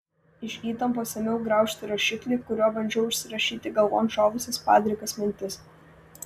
iš įtampos ėmiau graužti rašiklį kuriuo bandžiau užsirašyti galvon šovusias padrikas mintis